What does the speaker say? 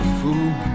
fool